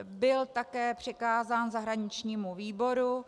Byl také přikázán zahraničnímu výboru.